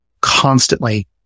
constantly